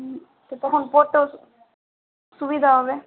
হুম তো তখন পড়তেও সু সুবিধা হবে